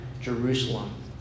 Jerusalem